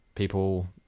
People